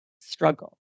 struggle